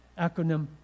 acronym